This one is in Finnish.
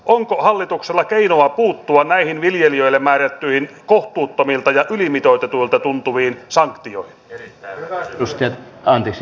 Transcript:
onko hallituksella keinoa puuttua näihin viljelijöille määrättyihin kohtuuttomilta ja ylimitoitetuilta tuntuviin sanktioihin